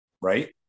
Right